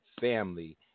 family